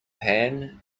pan